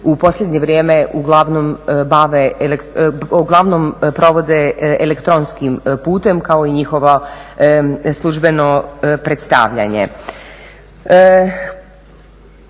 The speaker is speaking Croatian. u posljednje vrijeme uglavnom provode elektronskim putem, kao i njihovo službeno predstavljanje.